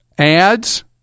ads